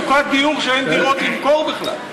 מצוקת דיור כשאין דירות למכור בכלל.